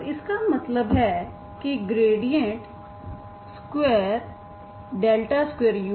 तो इसका मतलब है कि ग्रेडिएंट स्क्वायर 2u0